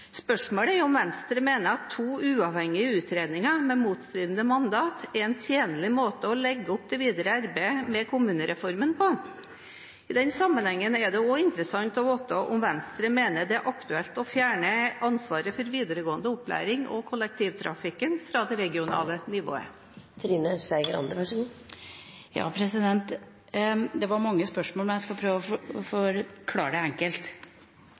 Spørsmålet er om Venstre mener at to uavhengige utredninger med motstridende mandat er en tjenlig måte å legge opp det videre arbeidet med kommunereformen på. I den sammenhengen er det også interessant å vite om Venstre mener det er aktuelt å fjerne ansvaret for videregående opplæring og kollektivtrafikken fra det regionale nivået. Det var mange spørsmål, men jeg skal prøve å forklare det enkelt.